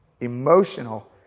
emotional